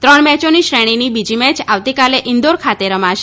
ત્રણ મેચોની શ્રેણીની બીજી મેચ આવતીકાલે ઈન્દોર ખાતે રમાશે